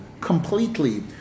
completely